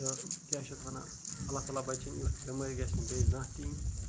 تہٕ کیاہ چھِ یتھ ونان اللہ تعالٰی بچٲیِنۍ یُتھ بیمٲرۍ گژھِ نہٕ بیٚیہِ زانہہ تہِ یِنۍ